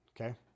okay